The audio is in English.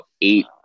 eight